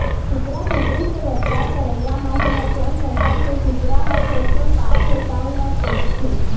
कुकरा, कुकरी के बेवसाय करइया मन ह जउन नसल के कुकरा ह झटकुन बाड़थे तउन ल पोसथे